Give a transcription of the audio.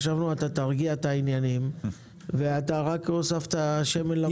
חשבנו שתרגיע את העניינים ורק הוספנו שמן למדורה.